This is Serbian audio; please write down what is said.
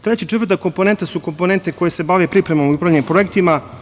Treća i četvrta komponenta su, komponente koje se bave pripremom i upravljanjem projektima.